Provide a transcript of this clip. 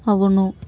అవును